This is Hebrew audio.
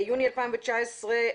יוני 2019,